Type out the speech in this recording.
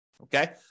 Okay